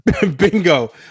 Bingo